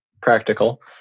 practical